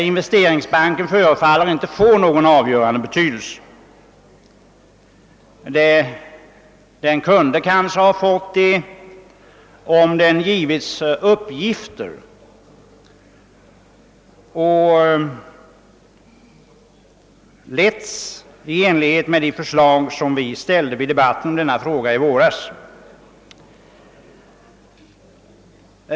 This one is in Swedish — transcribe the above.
Investeringsbanken förefaller inte att få en så avgörande betydelse. Den kunde kanske ha fått det om den erhållit uppgifter och letts i enlighet med de förslag som vi ställde vid debatten om denna fråga i våras.